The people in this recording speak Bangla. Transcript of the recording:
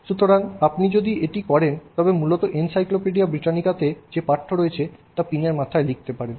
সুতরাং আপনি যদি এটি করেন তবে মূলত এনসাইক্লোপিডিয়া ব্রিটানিকাতে যে পাঠ্য রয়েছে তা পিনের মাথায় লিখতে পারেন